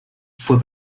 fue